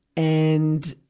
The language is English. and